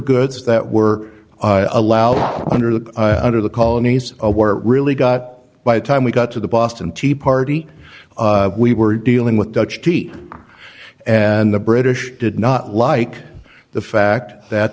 goods that were allowed under the under the colonies a war really got by the time we got to the boston tea party we were dealing with dutch tea and the british did not like the fact that